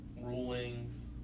rulings